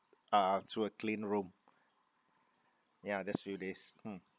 uh through a clean room ya this few days mm